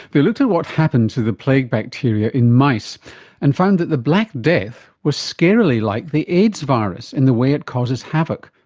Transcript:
they looked at what happened to the plague bacteria in mice and found that the black death was scarily like the aids virus in the way it causes havoc,